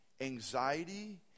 anxiety